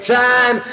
time